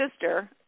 sister